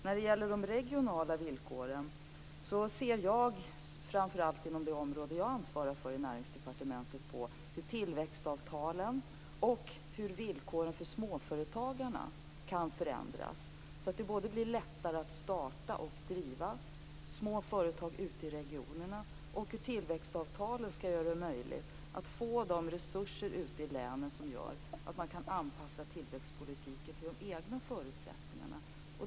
När det gäller de regionala villkoren ser jag framför allt inom det område som jag ansvarar för inom Näringsdepartementet på hur tillväxtavtalen och hur villkoren för småföretagen kan förändras, så att det blir lättare att starta och driva små företag ute i regionerna samt att tillväxtavtalen skall göra det möjligt att få de resurser ute i länen som gör att tillväxtpolitiken kan anpassas till de egna förutsättningarna.